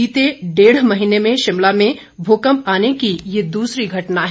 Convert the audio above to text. बीते डेढ महीने में शिमला में भूकंप आने की यह दूसरी घटना है